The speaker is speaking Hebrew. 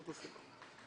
ממשיכים.